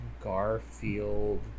Garfield